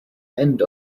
end